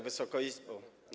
Wysoka Izbo!